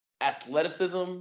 athleticism